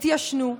התיישנו,